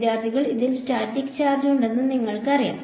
വിദ്യാർത്ഥി ഇതിൽ static charge ഉണ്ടെന്ന് നിങ്ങൾക്കറിയാം